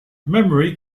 memory